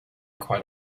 quite